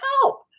help